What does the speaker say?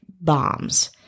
bombs